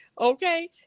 Okay